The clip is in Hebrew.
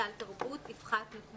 סל תרבות יופחת הסכום,